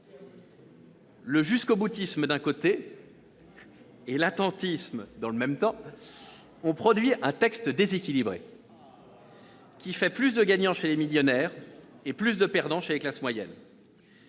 le jusqu'au-boutisme d'un côté et l'attentisme de l'autre ont produit un texte déséquilibré, qui fait plus de gagnants chez les millionnaires et plus de perdants chez les classes moyennes.